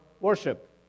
worship